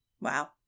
Wow